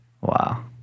Wow